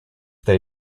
they